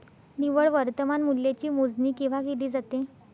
निव्वळ वर्तमान मूल्याची मोजणी केव्हा केली जाते?